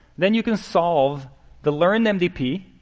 then you can solve the learned mdp.